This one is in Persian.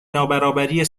نابرابری